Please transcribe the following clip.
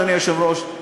אדוני היושב-ראש,